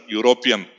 European